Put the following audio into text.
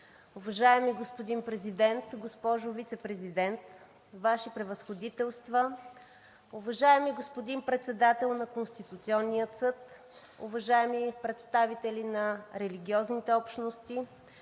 уважаеми господин Президент, госпожо Вицепрезидент, Ваши превъзходителства, уважаеми господин Председател на Конституционния съд, уважаеми представители на религиозните общности,